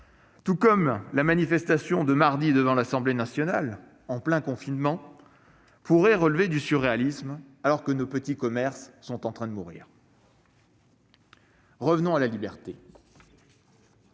tout comme la manifestation de mardi devant l'Assemblée nationale, en plein confinement, pourrait relever du surréalisme, alors que nos petits commerces sont en train de mourir. Revenons à la liberté,